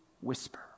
whisper